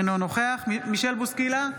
אינו נוכח מישל בוסקילה,